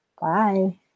Bye